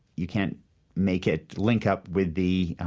you can't make it link up with the